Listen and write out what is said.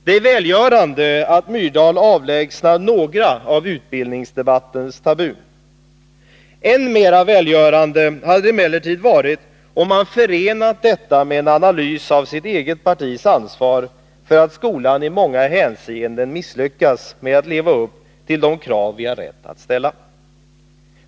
Det är välgörande att Myrdal avlägsnar några av utbildningsdebattens tabun. Än mera välgörande hade det emellertid varit om han förenat detta med en analys av sitt eget partis ansvar för att skolan i många hänseenden misslyckas med att leva upp till de krav vi har rätt att ställa.